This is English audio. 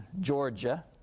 Georgia